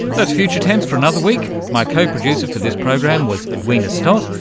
that's future tense for another week. my co-producer for this program was edwina stott,